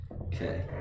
Okay